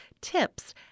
tips